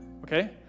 okay